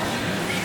לסיכום,